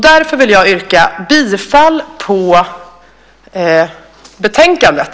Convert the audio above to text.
Därför vill jag yrka bifall till förslaget i betänkandet.